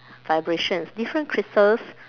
vibrations different crystals